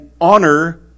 honor